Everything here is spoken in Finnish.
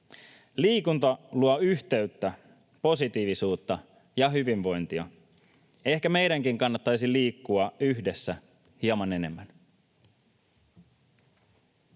Liikunta luo yhteyttä, positiivisuutta ja hyvinvointia. Ehkä meidänkin kannattaisi liikkua yhdessä hieman enemmän.